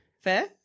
Fair